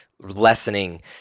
lessening